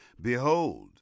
behold